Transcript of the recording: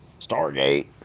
Stargate